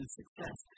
success